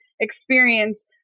experience